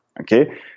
Okay